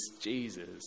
Jesus